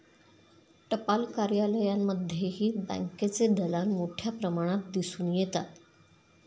टपाल कार्यालयांमध्येही बँकेचे दलाल मोठ्या प्रमाणात दिसून येतात